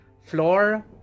floor